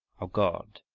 o god,